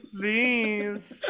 Please